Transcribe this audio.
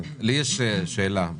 לי יש שאלה.